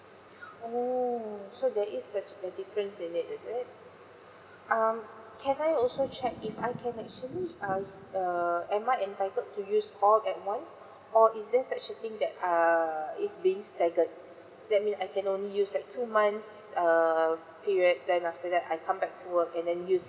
oh so there is such a difference in it is it um can I also check if I can actually uh err am I entitled to use all at once or is there such a thing that err is being staggered that mean I can only use like two months err period then after that I come back to work and then use